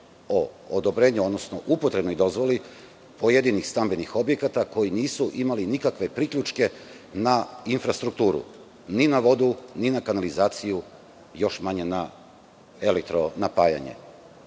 o odobrenju, odnosno upotrebnoj dozvoli pojedinih stambenih objekata koji nisu imali nikakve priključke na infrastrukturu. Ni na vodu, ni na kanalizaciju, još manje na elitro napajanje.